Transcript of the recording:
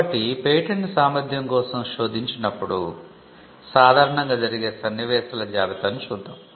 కాబట్టి పేటెంట్ సామర్థ్యం కోసం శోధించినప్పుడు సాధారణంగా జరిగే సన్నివేశాల జాబితాను చూద్దాం